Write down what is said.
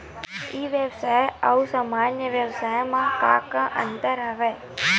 ई व्यवसाय आऊ सामान्य व्यवसाय म का का अंतर हवय?